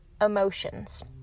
emotions